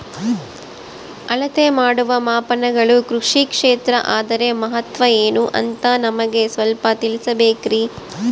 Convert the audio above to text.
ಅಳತೆ ಮಾಡುವ ಮಾಪನಗಳು ಕೃಷಿ ಕ್ಷೇತ್ರ ಅದರ ಮಹತ್ವ ಏನು ಅಂತ ನಮಗೆ ಸ್ವಲ್ಪ ತಿಳಿಸಬೇಕ್ರಿ?